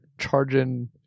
charging